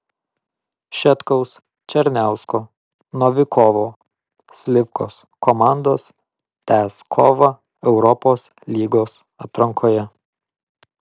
šetkaus černiausko novikovo slivkos komandos tęs kovą europos lygos atrankoje